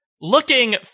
Looking